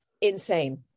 insane